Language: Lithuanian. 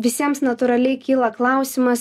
visiems natūraliai kyla klausimas